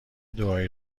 دعایی